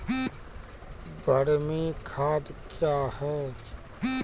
बरमी खाद कया हैं?